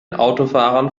autofahrern